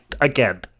again